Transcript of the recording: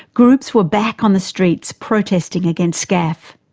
groups were back on the streets protesting against scaf.